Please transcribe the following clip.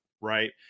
Right